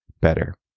better